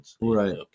Right